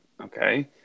okay